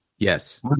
Yes